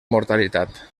mortalitat